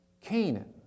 Canaan